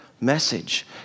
message